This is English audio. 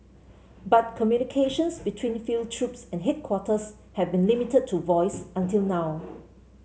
but communications between field troops and headquarters have been limited to voice until now